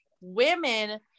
women